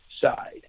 side